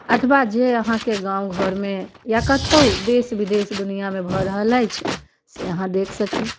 अथवा जे अहाँके गाँव घरमे या कतौ देश विदेश दुनिआमे भऽ रहल अछिसे अहाँ देखि सकी